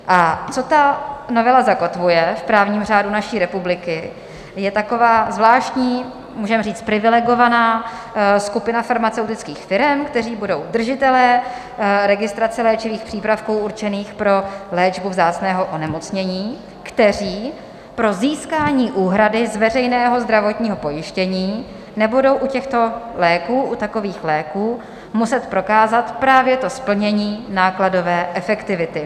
A co ta novela zakotvuje v právním řádu naší republiky, je taková zvláštní, můžeme říci privilegovaná skupina farmaceutických firem, které budou držiteli registrace léčivých přípravků určených pro léčbu vzácného onemocnění, které pro získání úhrady z veřejného zdravotního pojištění nebudou u těchto léků, u takových léků, muset prokázat právě to splnění nákladové efektivity.